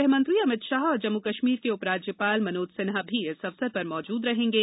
गृहमंत्री अमित शाह और जम्मू कश्मीर के उपराज्यपाल मनोज सिन्हा भी इस अवसर पर मौजूद रहेंगे